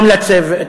גם לצוות,